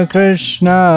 Krishna